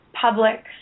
public